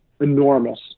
enormous